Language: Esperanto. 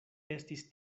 estis